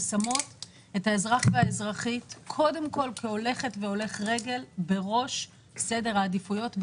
אנחנו שמות את האזרח והאזרחית כהולכת והולך רגל בראש סדר העדיפויות,